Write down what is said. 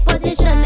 position